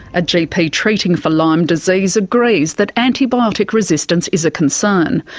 a gp treating for lyme disease agrees that antibiotic resistance is a concern.